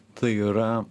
tai yra